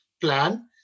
Plan